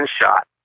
shot